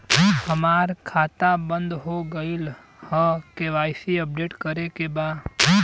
हमार खाता बंद हो गईल ह के.वाइ.सी अपडेट करे के बा?